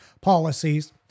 policies